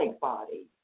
body